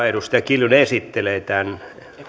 edustaja kiljunen esittelee tämän